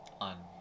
on